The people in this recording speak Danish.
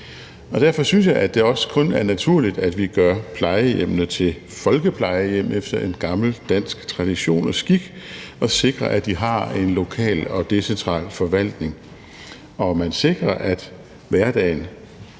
Derfor synes jeg også kun, at det er naturligt, at vi gør plejehjemmene til folkeplejehjem efter en gammel dansk tradition og skik, og sikrer, at de har en lokal og decentral forvaltning, og at man sikrer, at hverdagen